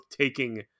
taking